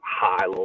high